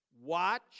Watch